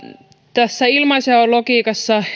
tässä ilmaisjaon logiikassa